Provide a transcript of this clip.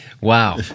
wow